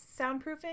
soundproofing